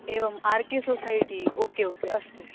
एवम् R K society okay okay अस्तु